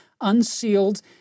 unsealed